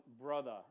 brother